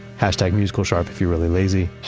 hashtag musical sharp if you're really lazy